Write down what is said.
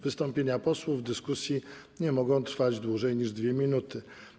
Wystąpienia posłów w dyskusji nie mogą trwać dłużej niż 2 minuty.